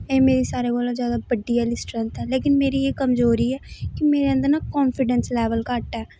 एह् मेरी सारे कोला बड्डी आह्ली स्ट्रेंथ ऐ लेकिन मेरी एह् कमजोरी ऐ कि मेरे अंदर ना कानफीडैस लेवल घट्ट ऐ